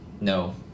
No